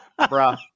Bruh